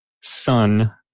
son